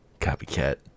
Copycat